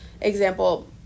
Example